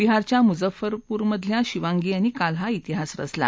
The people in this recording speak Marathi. बिहारच्या मुझफ्फूरमधल्या शिवांनी यांनी काल हा इतिहास रचला